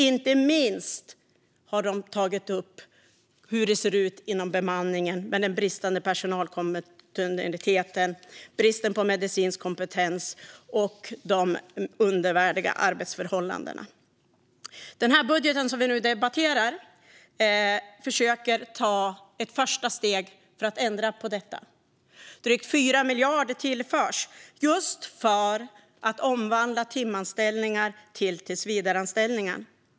Inte minst har de tagit upp hur det ser ut inom bemanningen med den bristande personalkontinuiteten, bristen på medicinsk kompetens och de undermåliga arbetsförhållandena. Budgeten som vi nu debatterar försöker ta ett första steg för att ändra på detta. Drygt 4 miljarder tillförs just för att omvandla timanställningar till tillsvidareanställningar.